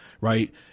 right